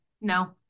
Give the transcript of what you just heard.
No